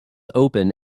open